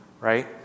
right